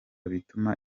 bituma